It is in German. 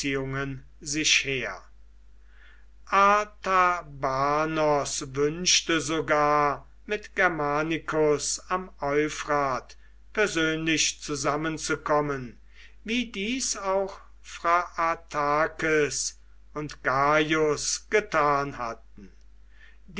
sich her artabanos wünschte sogar mit germanicus am euphrat persönlich zusammenzukommen wie dies auch phraatakes und gaius getan hatten